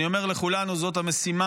אני אומר לכולנו: זו המשימה